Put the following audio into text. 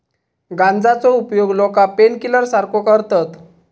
गांजाचो उपयोग लोका पेनकिलर सारखो करतत